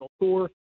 tour